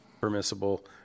permissible